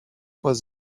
was